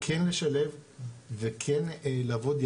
כן לשלב וכן לעבוד יחדיו,